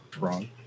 Wrong